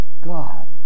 God